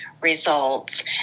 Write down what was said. results